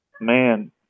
man